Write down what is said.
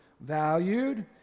valued